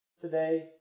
Today